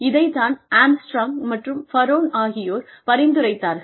இதைத் தான் ஆம்ஸ்ட்ராங் மற்றும் பரோன் ஆகியோர் பரிந்துரைத்தார்கள்